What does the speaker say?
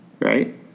Right